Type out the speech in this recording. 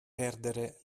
perdere